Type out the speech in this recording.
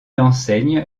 enseigne